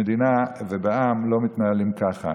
במדינה ובעם לא מתנהלים ככה.